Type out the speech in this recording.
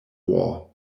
war